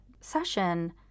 session